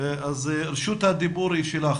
אז רשות הדיבור היא שלך.